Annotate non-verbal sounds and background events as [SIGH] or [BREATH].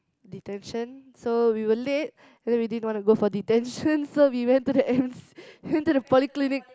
detention so we were late and then we didn't want to go for detention [BREATH] so we went to the ans~ we went to the polyclinic